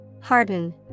Harden